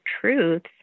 truths